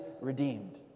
redeemed